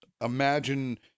imagine